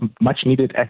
much-needed